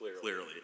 clearly